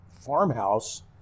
farmhouse